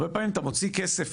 הרבה פעמים אתה מוציא כסף,